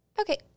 Okay